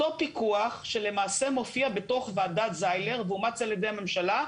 אותו פיקוח שלמעשה מופיע בתוך ועדת זיילר ואומץ על ידי הוועדה.